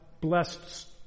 blessed